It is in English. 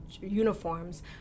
uniforms